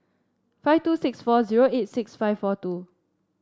five two six four zero eight six five four two